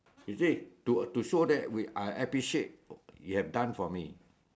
is it to to show that I I appreciate you have done for me